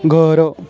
घर